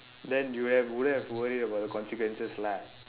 then you would have wouldn't have worried about the consequences lah